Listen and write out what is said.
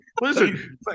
listen